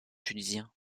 tunisien